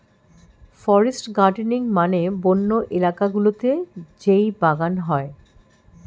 forest gardening মানে বন্য এলাকা গুলোতে যেই বাগান হয়